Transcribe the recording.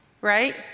Right